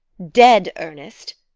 dead earnest!